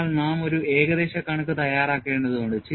അതിനാൽ നാം ഒരു ഏകദേശ കണക്ക് തയ്യാറാക്കേണ്ടതുണ്ട്